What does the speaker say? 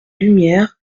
lumière